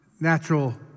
natural